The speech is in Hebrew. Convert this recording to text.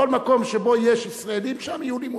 בכל מקום שבו יש ישראלים, שם יהיו לימודים.